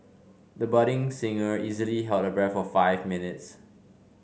the budding singer easily held her breath for five minutes